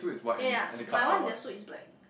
yea yea my one the suite is like